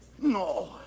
No